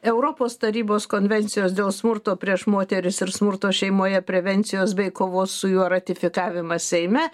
europos tarybos konvencijos dėl smurto prieš moteris ir smurto šeimoje prevencijos bei kovos su juo ratifikavimą seime